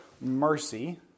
mercy